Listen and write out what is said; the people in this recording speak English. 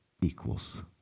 equals